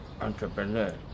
entrepreneur